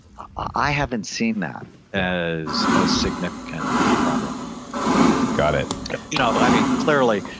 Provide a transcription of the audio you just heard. i haven't seen that as a significant problem got it you know but i mean clearly.